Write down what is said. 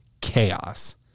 chaos